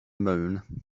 moon